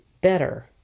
better